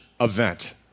event